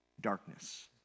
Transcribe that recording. darkness